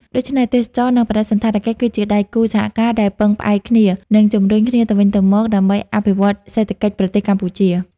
ដូច្នេះ ទេសចរណ៍ និងបដិសណ្ឋារកិច្ចគឺជាដៃគូសហការដែលពឹងផ្អែកគ្នា និងជម្រុញគ្នាទៅវិញទៅមក ដើម្បីអភិវឌ្ឍសេដ្ឋកិច្ចប្រទេសកម្ពុជា។